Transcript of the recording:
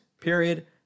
Period